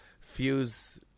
Fuse